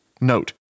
Note